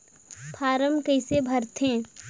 Form कइसे भरते?